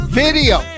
video